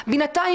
בינתיים,